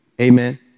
Amen